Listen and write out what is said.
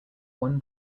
one